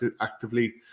actively